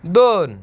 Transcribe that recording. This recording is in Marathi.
दोन